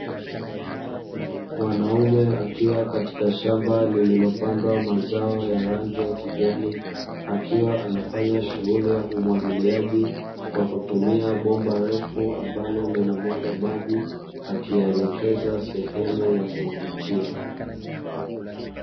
Mwanaume akiwa katika shamba lililopandwa mazao ya rangi ya kijani, akiwa anafanya shughuli ya umwagiliaji kwa kutumia bomba refu, ambalo linamwaga maji akiyaelekeza sehemu ya kumwagikia.